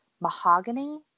Mahogany